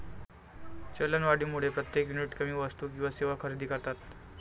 चलनवाढीमुळे प्रत्येक युनिट कमी वस्तू आणि सेवा खरेदी करतात